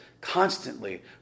constantly